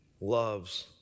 Loves